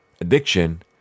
Addiction